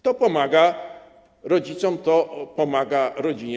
To pomaga rodzicom, to pomaga rodzinie.